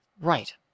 Right